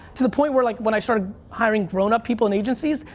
to the point where like when i started hiring grown up people in agencies,